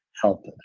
help